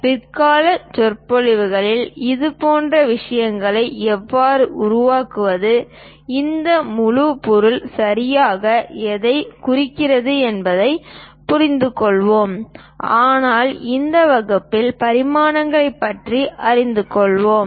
பிற்கால சொற்பொழிவுகளில் இதுபோன்ற விஷயங்களை எவ்வாறு உருவாக்குவது இந்த முழு பொருள் சரியாக எதைக் குறிக்கிறது என்பதைப் புரிந்துகொள்வோம் ஆனால் இந்த வகுப்பில் பரிமாணங்களைப் பற்றி அறிந்து கொள்வோம்